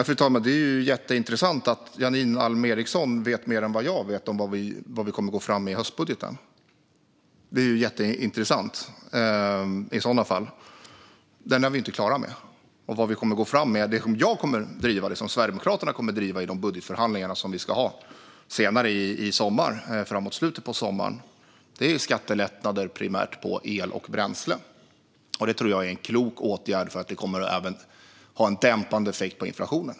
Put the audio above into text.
Fru talman! Det är jätteintressant att Janine Alm Ericson vet mer än vad jag vet om vad vi kommer att gå fram med i höstbudgeten. Den är vi ju inte klara med. I de budgetförhandlingar som vi ska ha fram mot slutet av sommaren kommer jag och Sverigedemokraterna att driva på för skattelättnader på primärt el och bränsle. Jag tror att det är en klok åtgärd som även får en dämpande effekt på inflationen.